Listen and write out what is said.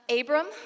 Abram